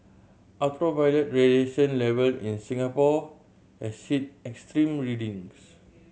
ultraviolet radiation level in Singapore has hit extreme readings